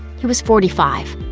he was forty five.